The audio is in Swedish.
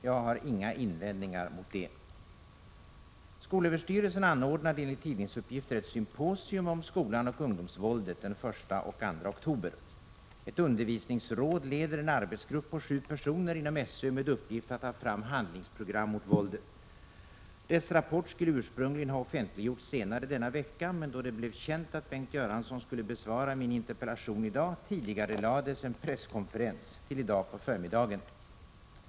Jag har inga invändningar mot det. symposium Skolan och ungdomsvåldet. Ett undervisningsråd leder en arbetsgrupp på sju personer inom SÖ med uppgift att ta fram handlingsprogram mot våldet. Dess rapport skulle ursprungligen ha offentliggjorts senare denna vecka, men då det blev känt att Bengt Göransson skulle besvara min interpellation i dag, tidigarelades en presskonferens till just i dag på förmiddagen.